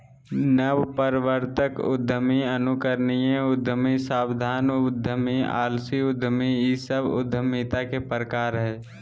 नवप्रवर्तक उद्यमी, अनुकरणीय उद्यमी, सावधान उद्यमी, आलसी उद्यमी इ सब उद्यमिता के प्रकार हइ